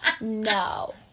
no